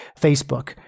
Facebook